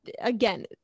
again